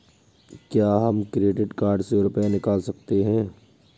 क्या हम credit card से रुपये निकाल सकते हैं?